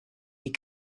die